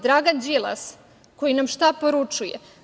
Dragan Đilas, koji nam šta poručuje?